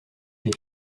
des